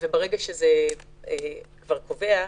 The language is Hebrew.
וברגע שזה כבר קובע,